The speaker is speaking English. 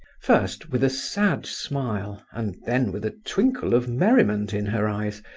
first, with a sad smile, and then with a twinkle of merriment in her eyes,